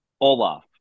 Olaf